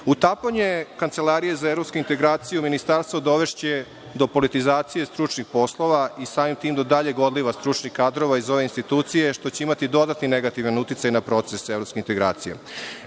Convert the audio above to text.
model. Utapanje Kancelarije za evropske integracije u ministarstvo dovešće do politizacije stručnih poslova i samim ti do daljeg odliva stručnih kadrova iz ove institucije, što će imati dodatni negativan uticaj na proces evropskih integracija.